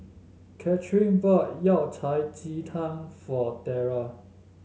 Kathrine bought Yao Cai Ji Tang for Tiera